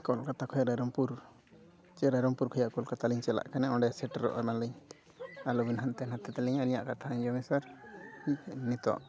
ᱠᱳᱞᱠᱟᱛᱟ ᱠᱷᱚᱱ ᱨᱟᱭᱨᱚᱢᱯᱩᱨ ᱪᱮ ᱨᱟᱭᱨᱚᱢᱯᱩᱨ ᱠᱷᱚᱱᱟᱜ ᱠᱳᱞᱠᱟᱛᱟ ᱞᱤᱧ ᱪᱟᱞᱟᱜ ᱠᱟᱱᱟ ᱚᱸᱰᱮ ᱥᱮᱴᱮᱨᱚᱜ ᱠᱟᱱᱟᱞᱤᱧ ᱟᱞᱚᱵᱤᱱ ᱦᱟᱱᱛᱮ ᱱᱟᱛᱮ ᱛᱟᱹᱞᱤᱧᱟ ᱟᱹᱞᱤᱧᱟᱜ ᱠᱟᱛᱷᱟ ᱟᱸᱡᱚᱢ ᱵᱤᱱ ᱥᱮᱨ ᱱᱤᱛᱚᱜ